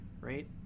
right